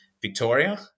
Victoria